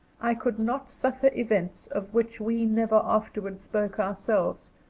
i could not suffer events of which we never afterwards spoke ourselves,